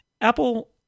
apple